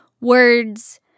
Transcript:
words